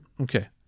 Okay